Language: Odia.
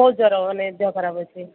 ବହୁତ ଜ୍ଵର ମାନେ ଦେହ ଖରାପ ଅଛି